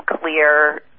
clear